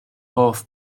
hoff